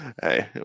hey